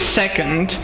second